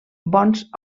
bons